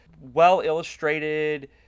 well-illustrated